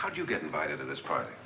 how do you get invited to this party